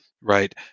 right